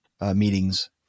meetings